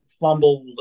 fumbled